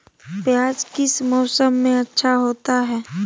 प्याज किस मौसम में अच्छा होता है?